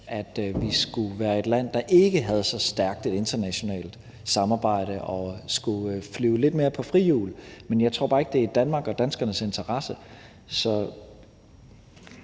at vi skulle være et land, der ikke havde så stærkt et internationalt samarbejde og skulle flyve lidt mere på frihjul. Men jeg tror bare ikke, det er i Danmark og danskernes interesse,